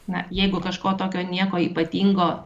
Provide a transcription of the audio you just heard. na jeigu kažko tokio nieko ypatingo